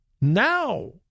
Now